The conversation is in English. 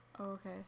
okay